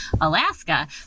Alaska